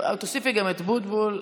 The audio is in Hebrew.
תוסיפי גם את אבוטבול.